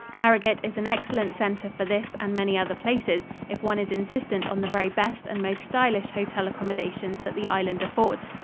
harrogate is an excellent center for this and many other places, if one is insistent on the very best and most stylish hotel accommodations that the island affords.